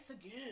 again